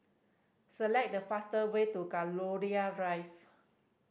select the fastest way to Gladiola Drive